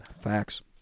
Facts